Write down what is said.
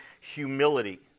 humility